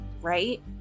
right